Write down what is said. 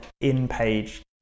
in-page